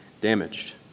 damaged